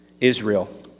Israel